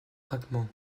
craquement